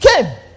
came